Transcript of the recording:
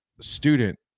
student